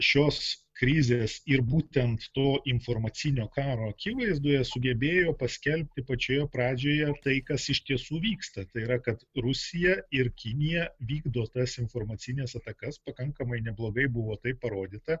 šios krizės ir būtent to informacinio karo akivaizdoje sugebėjo paskelbti pačioje pradžioje tai kas iš tiesų vyksta tai yra kad rusija ir kinija vykdo tas informacines atakas pakankamai neblogai buvo tai parodyta